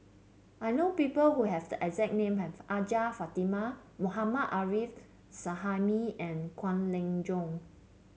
I know people who have the exact name as Hajjah Fatimah Mohammad Arif Suhaimi and Kwek Leng Joo